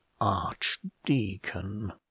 archdeacon